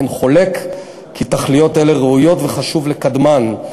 אין חולק כי תכליות אלה ראויות וכי חשוב לקדמן.